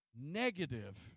negative